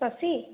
Shashi